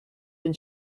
been